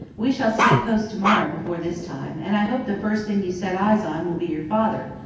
we shall see the coast to-morrow before this time, and i hope the first thing you set eyes on will be your father,